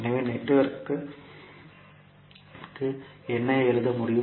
எனவே நெட்வொர்க்கிற்கு என்ன எழுத முடியும்